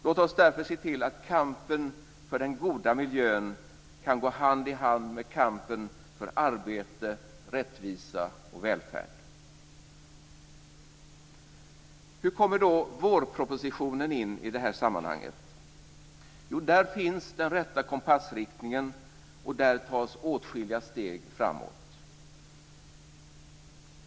Låt oss därför se till att kampen för den goda miljön kan gå hand i hand med kampen för arbete, rättvisa och välfärd. Hur kommer då vårpropositionen in i det här sammanhanget? Där finns den rätta kompassriktningen och där tas åtskilliga steg framåt.